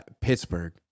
Pittsburgh